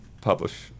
publish